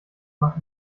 mach